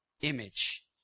image